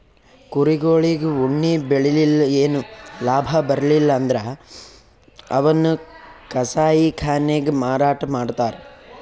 ಕುರಿಗೊಳಿಗ್ ಉಣ್ಣಿ ಬೆಳಿಲಿಲ್ಲ್ ಏನು ಲಾಭ ಬರ್ಲಿಲ್ಲ್ ಅಂದ್ರ ಅವನ್ನ್ ಕಸಾಯಿಖಾನೆಗ್ ಮಾರಾಟ್ ಮಾಡ್ತರ್